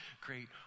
great